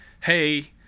hey